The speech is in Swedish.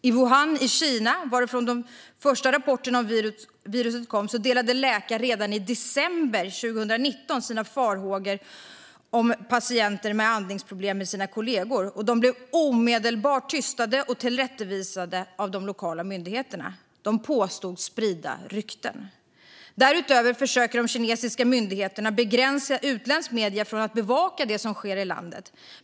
I Wuhan i Kina, varifrån de första rapporterna om viruset kom, delade läkare redan i december 2019 sina farhågor om patienter med andningsproblem med sina kollegor. De blev omedelbart tystade och tillrättavisade av de lokala myndigheterna. De påstods sprida rykten. Därutöver försöker kinesiska myndigheter begränsa utländska medier från att bevaka det som sker i landet.